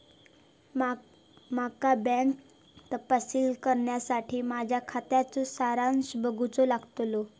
माका बँक तपशील कळूसाठी माझ्या खात्याचा सारांश बघूचो लागतलो